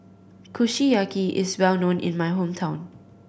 kushiyaki is well known in my hometown